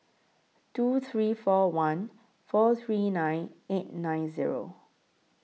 two three four one four three nine eight nine Zero